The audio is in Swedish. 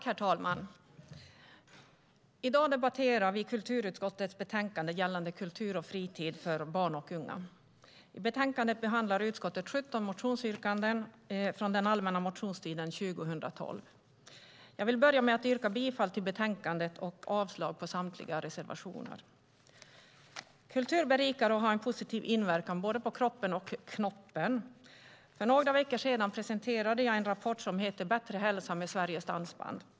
Herr talman! I dag debatterar vi kulturutskottets betänkande gällande kultur och fritid för barn och unga. I betänkandet behandlar utskottet 17 motionsyrkanden från den allmänna motionstiden 2012. Jag vill börja med att yrka bifall till förslaget i betänkandet och avslag på samtliga reservationer. Kultur berikar och har en positiv inverkan både på kroppen och på knoppen. För några veckor sedan presenterade jag en rapport som heter Bättre hälsa med Sveriges dansband .